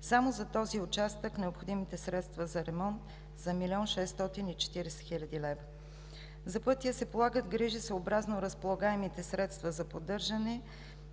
Само за този участък необходимите средства за ремонт са 1 млн. 640 хил. лв. За пътя се полагат грижи съобразно разполагаемите средства за поддържане